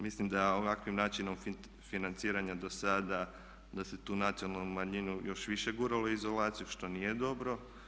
Mislim da ovakvim načinom financiranja dosada da se tu nacionalnu manjinu još više guralo u izolaciju, što nije dobro.